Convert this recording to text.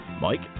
mike